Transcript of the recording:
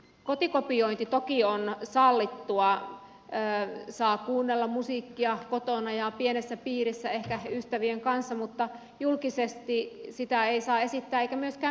kotikopiointi toki on sallittua saa kuunnella musiikkia kotona ja pienessä piirissä ehkä ystävien kanssa mutta julkisesti sitä ei saa esittää eikä myöskään myydä